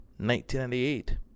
1998